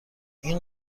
این